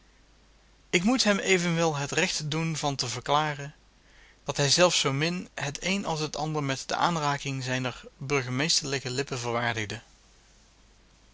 ik moet hem evenwel het recht doen van te verklaren dat hijzelf zoo min het een als het ander met de aanraking zijner burgemeesterlijke lippen